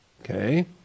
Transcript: Okay